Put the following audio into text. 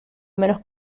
menos